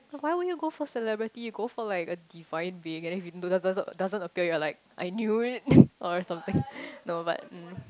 no why would you go for celebrity go for like a divine being and then if doesn't doesn't appear you're like I knew it or something no but mm